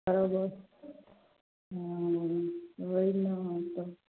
आरो देब हँ अभी जरूरी हए हमरा आरके